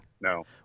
no